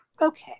Okay